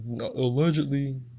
allegedly